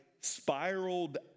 spiraled